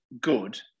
good